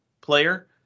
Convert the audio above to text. player